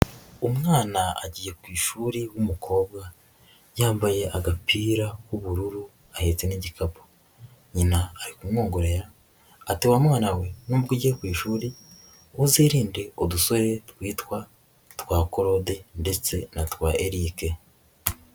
Umwana agiye ku ishuri w'umukobwa, yambaye agapira k'ubururu ahetse n'igikapu, nyina ari kumwongorera ati wa mwana we nubwo ujye ku ishuri uzirinde udusore twitwa twa Cloude ndetse na twa Eric.